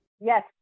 Yes